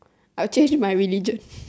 I will change my religion